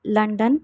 London